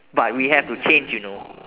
but we have to change you know